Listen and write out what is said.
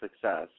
success